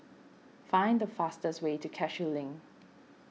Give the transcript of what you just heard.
find the fastest way to Cashew Link